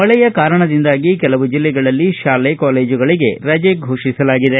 ಮಳೆಯ ಕಾರಣದಿಂದಾಗಿ ಕೆಲವು ಜಿಲ್ಲೆಗಳಲ್ಲಿ ಶಾಲೆ ಕಾಲೇಜುಗಳಿಗೆ ರಜೆ ಘೋಷಿಸಲಾಗಿದೆ